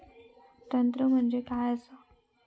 तंत्र म्हणजे काय असा?